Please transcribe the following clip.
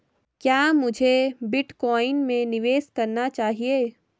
क्या मुझे बिटकॉइन में निवेश करना चाहिए?